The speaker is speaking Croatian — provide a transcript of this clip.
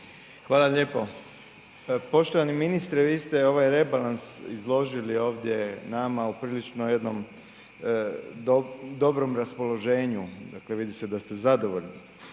Hvala lijepo. Poštovani ministre, vi ste ovaj rebalans izložili ovdje nama u prilično jednom dobrom raspoloženju, dakle vidi se da ste zadovoljni.